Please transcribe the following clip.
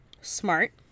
smart